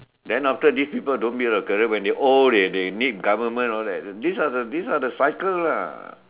then after this people don't build a career when they old they they need government all that this are the this are the cycle lah